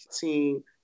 team